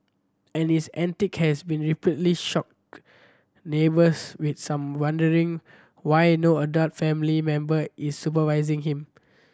and his antics have repeatedly shocked neighbours with some wondering why no adult family member is supervising him